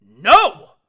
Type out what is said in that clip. No